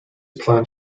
plant